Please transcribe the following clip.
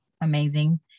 amazing